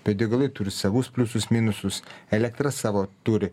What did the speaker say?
bio degalai turi savus pliusus minusus elektra savo turi